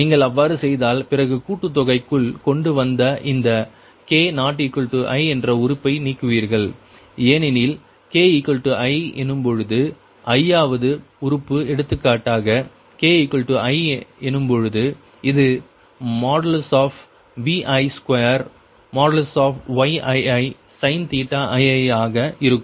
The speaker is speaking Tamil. நீங்கள் அவ்வாறு செய்தால் பிறகு கூட்டுத்தொகைக்குள் கொண்டு வந்த இந்த k≠i என்ற உறுப்பை நீக்குவீர்கள் ஏனெனில் ki எனும்பொழுது i ஆவது உறுப்பு எடுத்துக்காட்டாக ki எனும்பொழுது இது Vi2Yiisin ii ஆக இருக்கும்